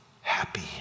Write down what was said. happy